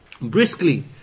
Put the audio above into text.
briskly